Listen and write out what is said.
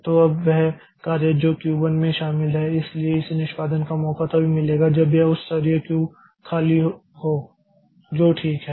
तो अब वह कार्य जो Q 1 में है इसलिए इसे निष्पादन का मौका तभी मिलेगा जब यह उच्च स्तरीय क्यू खाली हो जो ठीक है